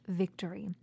victory